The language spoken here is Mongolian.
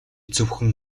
зөвхөн